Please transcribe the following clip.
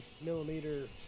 millimeter